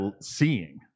seeing